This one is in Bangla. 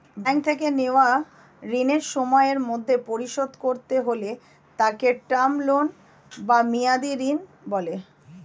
ব্যাঙ্ক থেকে নেওয়া ঋণ সময়ের মধ্যে পরিশোধ করতে হলে তাকে টার্ম লোন বা মেয়াদী ঋণ বলে